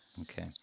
Okay